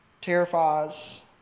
terrifies